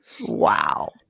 Wow